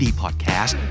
podcast